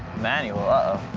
manual? uh-oh.